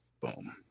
Boom